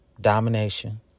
domination